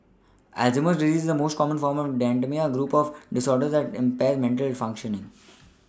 Alzheimer's disease is the most common form of dementia a group of disorders that impairs mental functioning